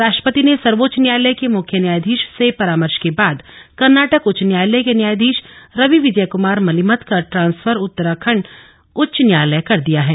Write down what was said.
राष्ट्रपति ने सर्वोच्च न्यायालय के मुख्य न्यायाधीश से परामर्श के बाद कर्नाटक उच्च न्यायालय के न्यायाधीश रवि विजयकमार मलिमथ का ट्रांसफर उत्तराखण्ड उच्च न्यायालय कर दिया है